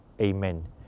Amen